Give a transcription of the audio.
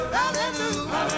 hallelujah